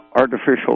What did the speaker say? artificial